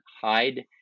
hide